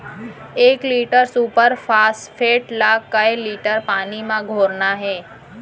एक litre super phosphate ला कए लीटर पानी मा घोरना हे?